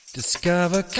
Discover